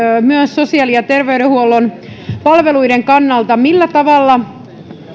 myös sosiaali ja terveydenhuollon palveluiden kannalta millä tavalla